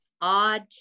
odd